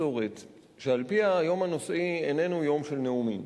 מסורת שעל-פיה היום הנושאי איננו יום של נאומים.